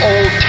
Old